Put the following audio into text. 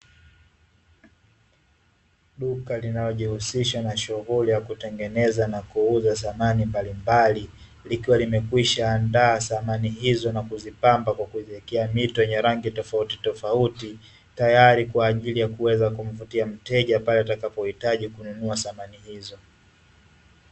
Duka linalojihusisha na shughuli ya kutengeneza na kuuza samani mbalimbali, likiwa limekwishaandaa samani hizo na kuzipamba kwa kuziwekea mito yenye rangi tofauti tofauti tayari kwa ajili ya kuweza kumvutia mteja pale atakapohitaji kununua samani hizo.